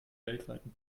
weltweiten